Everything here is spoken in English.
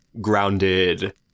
grounded